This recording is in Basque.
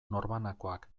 norbanakoak